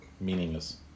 meaningless